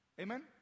Amen